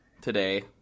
today